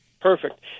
Perfect